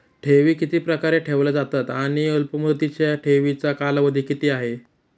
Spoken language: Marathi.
ठेवी किती प्रकारे ठेवल्या जातात आणि अल्पमुदतीच्या ठेवीचा कालावधी किती आहे?